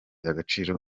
agaciro